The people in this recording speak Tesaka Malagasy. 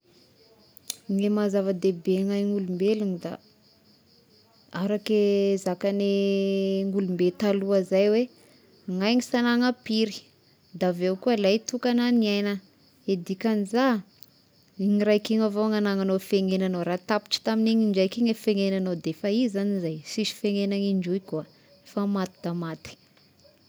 Ny maha zava-dehibeny aign'olombelona da arake zakany olom-be taloha zay hoe ny aigna sy ananampiry da avy eo koa lahy tokana ny aigna, eh dikagny zà igny raiky igny avao ny anagnao feniaignanao, raha tapitry tamin'igny indraiky igny feniaignanao defa izy zagny zay sisy feniaignana indroy koa, efa maty da maty.